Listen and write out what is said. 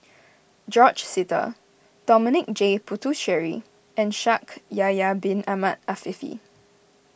George Sita Dominic J Puthucheary and Shaikh Yahya Bin Ahmed Afifi